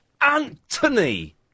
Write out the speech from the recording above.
Anthony